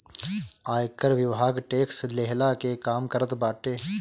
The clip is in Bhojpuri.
आयकर विभाग टेक्स लेहला के काम करत बाटे